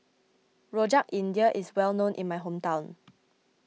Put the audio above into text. Rojak India is well known in my hometown